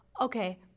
okay